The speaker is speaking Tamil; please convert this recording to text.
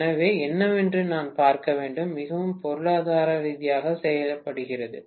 எனவே என்னவென்று நான் பார்க்க வேண்டும் மிகவும் பொருளாதார ரீதியாக செய்யப்படுகிறது